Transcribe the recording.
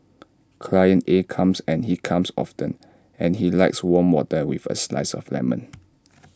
client A comes and he comes often and he likes warm water with A slice of lemon